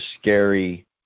scary